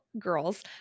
girls